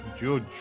judge